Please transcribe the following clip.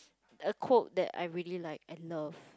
a quote that I really like and love